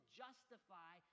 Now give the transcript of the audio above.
justify